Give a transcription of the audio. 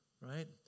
right